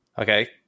Okay